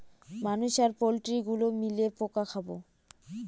মানুষ আর পোল্ট্রি গুলো মিলে পোকা খাবো